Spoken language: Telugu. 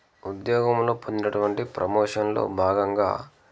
ఉద్యోగంలో పొందినటువంటి ప్రమోషన్లో భాగంగా